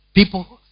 People